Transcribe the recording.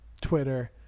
Twitter